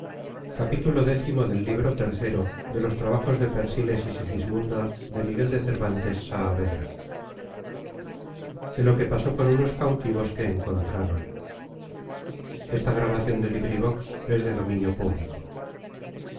de lo que pasó con unos cautivos que encontraron